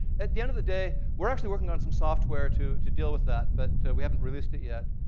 at the end of the day, we're actually working on some software to to deal with that. but we haven't released it yet.